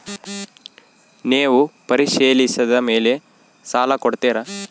ನೇವು ಪರಿಶೇಲಿಸಿದ ಮೇಲೆ ಸಾಲ ಕೊಡ್ತೇರಾ?